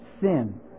sin